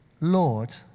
Lord